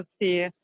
see